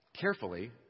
carefully